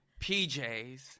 PJs